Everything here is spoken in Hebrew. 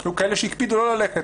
היו כאלה שהקפידו לא ללכת.